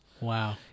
Wow